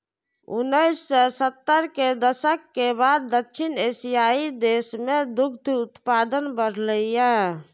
उन्नैस सय सत्तर के दशक के बाद दक्षिण एशियाइ देश मे दुग्ध उत्पादन बढ़लैए